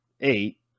eight